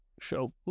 show